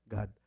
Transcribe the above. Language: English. God